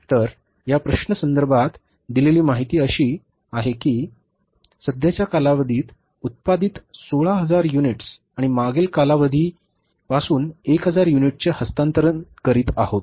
तर या प्रश्नसंदर्भात दिलेली माहिती अशी आहे की सध्याच्या कालावधीत उत्पादित 16000 युनिट्स आणि मागील कालावधी पासून 1000 युनिटचे हस्तांतरण करीत आहोत